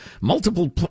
multiple